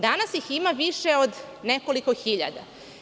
Danas ih ima više od nekoliko hiljada.